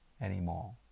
anymore